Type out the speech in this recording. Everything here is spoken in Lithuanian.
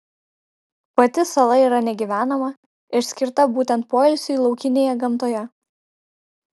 pati sala yra negyvenama ir skirta būtent poilsiui laukinėje gamtoje